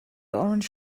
orange